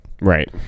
right